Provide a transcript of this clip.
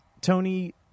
Tony